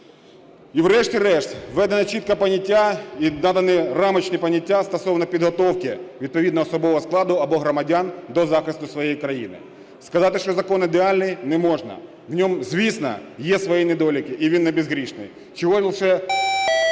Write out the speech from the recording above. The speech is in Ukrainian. І врешті-решт введено чітко поняття і надані рамочні поняття стосовно підготовки відповідного особового складу або громадян до захисту своєї країни. Сказати, що закон ідеальний, не можна. В ньому, звісно, є свої недоліки і він небезгрішний. Чого лише